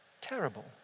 terrible